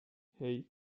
hey